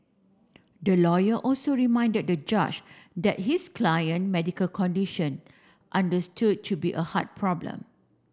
the lawyer also reminded the judge that his client medical condition understood to be a heart problem